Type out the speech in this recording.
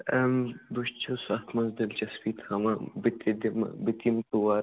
میم بہٕ تہِ چھُس اَتھ منٛز دِلچسپی تھاوان بہٕ تہِ دِمہٕ بہٕ تہِ یِمہٕ تور